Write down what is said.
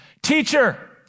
Teacher